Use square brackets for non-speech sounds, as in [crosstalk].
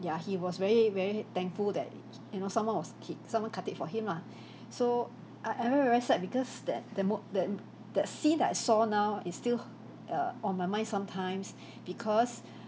ya he was very very thankful that you know someone was ki~ someone cut it for him lah [breath] so I I remember very sad because that the mo~ that that scene that I saw now is still err on my mind sometimes [breath] because [breath]